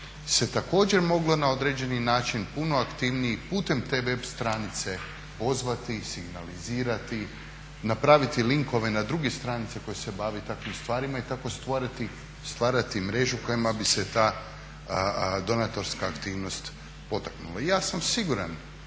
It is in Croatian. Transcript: se također moglo na određeni način puno aktivnije i putem te web stranice pozvati i signalizirati, napraviti linkove na druge stranice koje se bave i takvim stvarima i tako stvarati mrežu kojima bi se ta donatorska aktivnost potaknula. I ja sam siguran